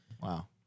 Wow